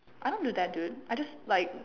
I don't do that dude I just like